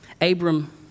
Abram